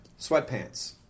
sweatpants